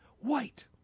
White